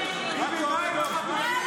--- מה עם החטופים?